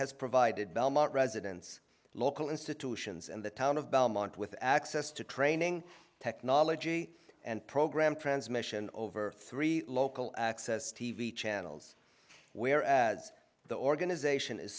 has provided belmont residents local institutions and the town of belmont with access to training technology and program transmission over three local access t v channels where the organization is